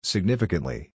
Significantly